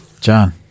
John